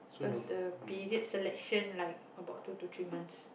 cause the period selection like about two to three months